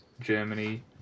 Germany